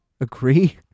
agree